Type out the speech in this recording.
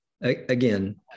Again